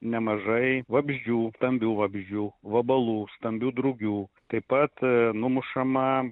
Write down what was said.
nemažai vabzdžių stambių vabzdžių vabalų stambių drugių taip pat numušama